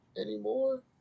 anymore